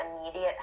immediate